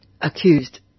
accused